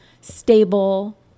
stable